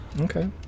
Okay